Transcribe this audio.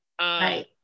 Right